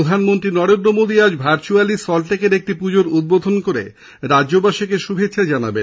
প্রধানমন্ত্রী নরেন্দ্র মোদী আজ ভার্চুয়ালী সল্টলেকের একটি পুজোর উদ্বোধন করে রাজ্যবাসীকে শুভেচ্ছা জানাবেন